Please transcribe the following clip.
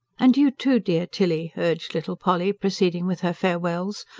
and you, too, dear tilly, urged little polly, proceeding with her farewells.